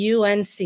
UNC